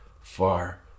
far